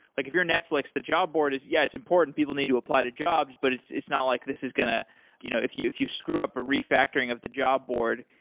like if you're netflix, the job board, yeah, it's important. people need to apply to jobs but it's it's not like this is going to you know if you if you screw up a refactoring of the job board,